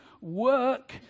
work